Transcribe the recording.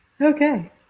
okay